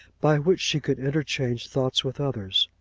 by which she could interchange thoughts with others.